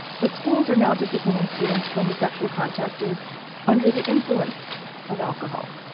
but schools are now disciplining students when the sexual contact is under the influence of alcohol.